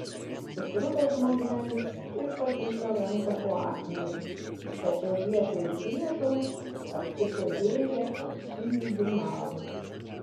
sukruto žmogelis ir pakišo ranką po akmeniu tačiau vietoj driežo aptiko dėžę auksinių dinarų